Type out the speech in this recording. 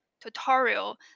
tutorial